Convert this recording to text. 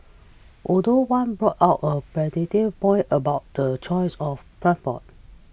although one brought out a pertinent point about the choice of transport